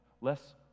less